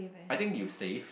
I think you save